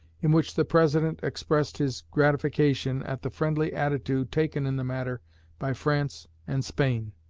in which the president expressed his gratification at the friendly attitude taken in the matter by france and spain.